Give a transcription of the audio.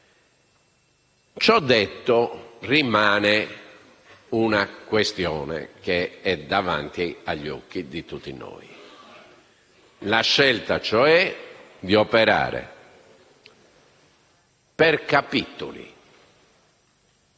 Ciò detto, rimane una questione che è davanti agli occhi di tutti noi: la scelta di operare per capitoli,